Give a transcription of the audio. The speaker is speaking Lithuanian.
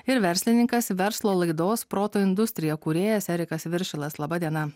ir verslininkas verslo laidos proto industrija kūrėjas erikas viršilas laba diena